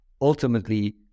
ultimately